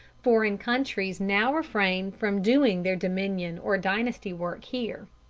foreign countries now refrain from doing their dominion or dynasty work here.